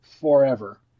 forever